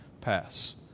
pass